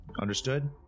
Understood